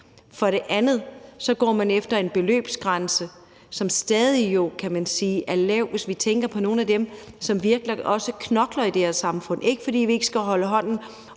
For det andet går man efter en beløbsgrænse, som jo stadig, kan man sige, er lav, hvis man tænker på nogle af dem, som virkelig også knokler i det her samfund; ikke fordi vi ikke skal holde hånden